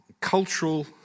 cultural